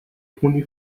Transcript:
toni